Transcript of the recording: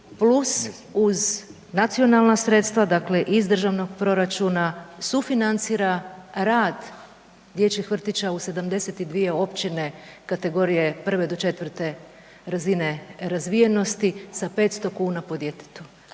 plus uz nacionalna sredstva dakle iz državnog proračuna sufinancira rad dječjih vrtića u 72 općine kategorije 1 do 4 razine razvijenosti sa 500 kuna po djetetu.